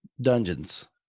dungeons